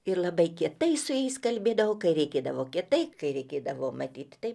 ir labai kietai su jais kalbėdavo kai reikėdavo kitaip kai reikėdavo matyt taip